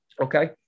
Okay